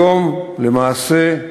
היום, למעשה,